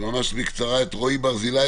לא נחזור.